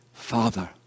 Father